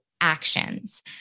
actions